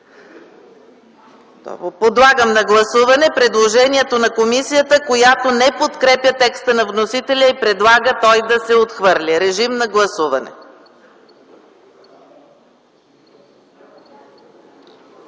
Подлагам на гласуване предложението на комисията, която не подкрепя текста на вносителя и предлага той да се отхвърли. Гласували